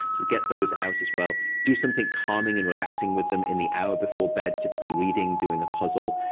so get those out, as well. do something calming and relaxing with them in the hour before bed typically, reading, doing a puzzle.